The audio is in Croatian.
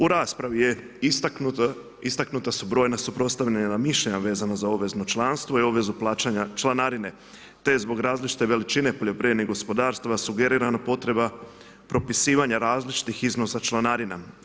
U raspravi je istaknuto, istaknuta su brojna suprotstavljena mišljenja, vezana za obvezno članstvo i obvezu plaćanja članarine, te zbog različite veličine poljoprivrednih gospodarstava, sugerirana potreba propisivanja različitih iznosa članarina.